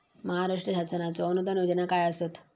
महाराष्ट्र शासनाचो अनुदान योजना काय आसत?